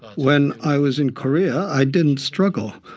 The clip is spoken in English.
when i was in korea, i didn't struggle.